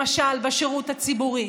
למשל בשירות הציבורי.